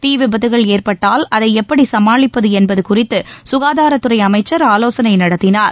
தீ விபத்துகள் ஏற்பட்டால் அதை எப்படி சுமாளிப்பது என்பது குறித்து சுகாதாரத்துறை அமைச்சர் ஆலோசனை நடத்தினார்